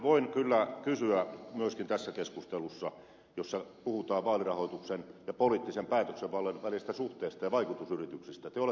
voin kyllä kysyä myöskin tässä keskustelussa jossa puhutaan vaalirahoituksen ja poliittisen päätösvallan välisistä suhteista ja vaikutusyrityksistä